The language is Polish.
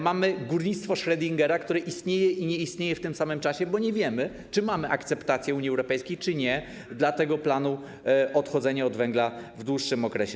Mamy górnictwo Schrödingera, które istnieje i nie istnieje w tym samym czasie, bo nie wiemy, czy mamy akceptację Unii Europejskiej, czy nie, dla tego planu odchodzenia od węgla w dłuższym okresie.